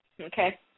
Okay